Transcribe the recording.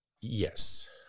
Yes